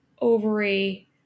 ovary